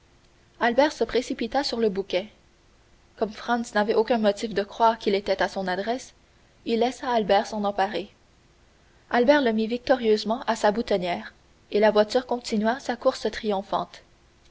albert se précipita sur le bouquet comme franz n'avait aucun motif de croire qu'il était à son adresse il laissa albert s'en emparer albert le mit victorieusement à sa boutonnière et la voiture continua sa course triomphante